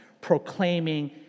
proclaiming